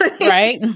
Right